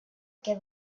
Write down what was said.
que